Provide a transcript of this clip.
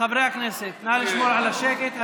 חברי הכנסת, נא לשמור על השקט.